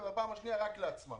ובפעם השנייה רק לעצמם.